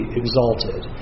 exalted